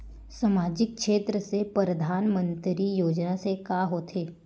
सामजिक क्षेत्र से परधानमंतरी योजना से का होथे?